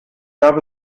gab